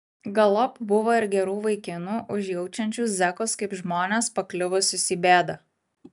galop buvo ir gerų vaikinų užjaučiančių zekus kaip žmones pakliuvusius į bėdą